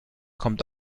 kommt